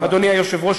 אדוני היושב-ראש,